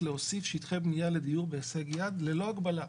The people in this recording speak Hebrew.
להוסיף שטחי בנייה לדיור בהישג יד ללא הגבלה.